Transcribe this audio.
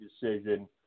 decision